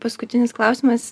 paskutinis klausimas